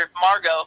Margot